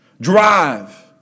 Drive